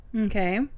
Okay